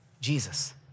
Jesus